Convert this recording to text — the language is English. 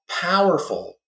powerful